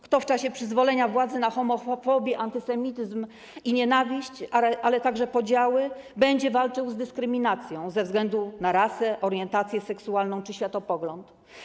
Kto w czasie przyzwolenia władzy na homofobię, antysemityzm i nienawiść, ale także podziały będzie walczył z dyskryminacją ze względu na rasę, orientację seksualną czy światopogląd?